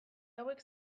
hauek